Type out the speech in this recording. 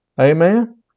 Amen